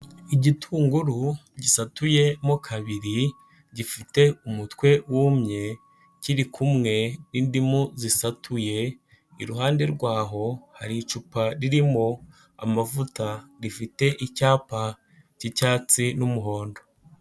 Igitunguru gisatuyemo kabiri, gifite umutwe wumye, kiri kumwe n'indimu zisatuye, iruhande rwaho hari icupa ririmo amavuta, rifite icyapa cy'icyatsi n'umuhondo.